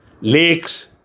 lakes